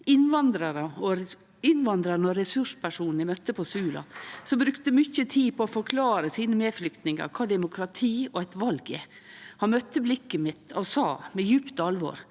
innvandraren og ressurspersonen eg møtte på Sula, som brukte mykje tid på å forklare sine medflyktningar kva demokrati og eit val er. Han møtte blikket mitt og sa med djupt alvor: